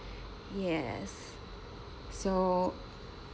yes so